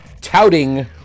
touting